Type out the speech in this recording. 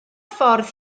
ffordd